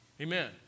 Amen